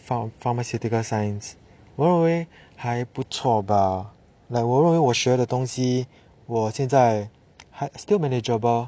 pharmaceutical science 我认为还不错 bah like 我认为我学的东西我现在还 still manageable